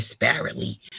disparately